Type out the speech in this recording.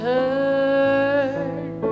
Turn